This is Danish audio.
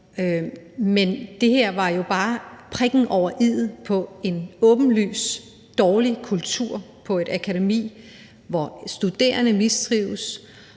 Men det her var jo bare prikken over i'et på en åbenlyst dårlig kultur på et akademi, hvor studerende mistrives,